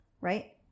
right